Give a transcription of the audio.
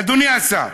אדוני השר,